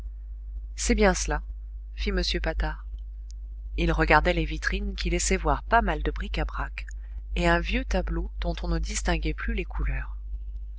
c'est bien cela fit m patard ils regardaient les vitrines qui laissaient voir pas mal de bric-à-brac et un vieux tableau dont on ne distinguait plus les couleurs